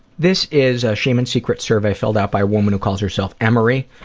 this is a shame and secrets survey filled out by a woman who calls herself emory.